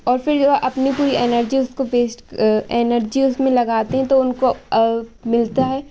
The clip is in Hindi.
और फिर जो है अपनी पूरी एनर्जी उसको वेस्ट क एनर्जी उसमें लगाते हैं तो उनको मिलता है